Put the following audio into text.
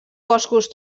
boscos